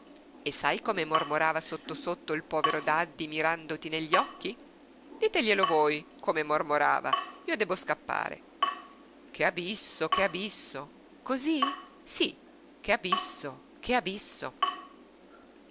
e sai come mormorava sotto sotto il povero daddi mirandoti negli occhi diteglielo voi come mormorava io debbo scappare che abisso che abisso cosí sí che abisso che abisso